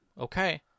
Okay